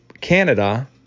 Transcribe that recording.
Canada